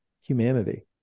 humanity